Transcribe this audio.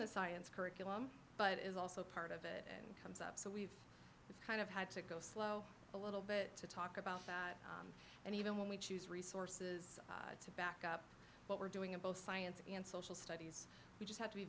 the science curriculum but is also part of it and comes up so we've kind of had to go slow a little bit to talk about and even when we choose resources to back up what we're doing in both science and social studies just have to be